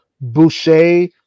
Boucher